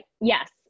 yes